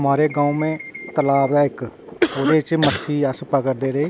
हमारे गांव में तालब ऐ इक्क ओह्दे ई अस मच्छी पकड़दे रेह्